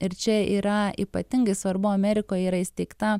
ir čia yra ypatingai svarbu amerikoj yra įsteigta